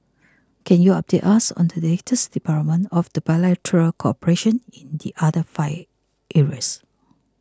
can you update us on the latest development of the bilateral cooperation in the other five areas